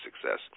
success